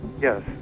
Yes